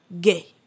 gay